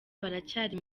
baracyari